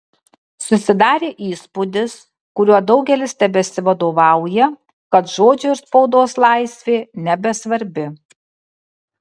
susidarė įspūdis kuriuo daugelis tebesivadovauja kad žodžio ir spaudos laisvė nebesvarbi